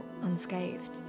unscathed